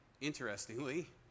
interestingly